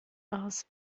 aus